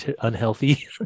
unhealthy